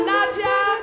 Nadia